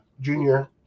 junior